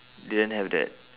didn't have that